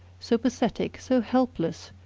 so pathetic, so helpless,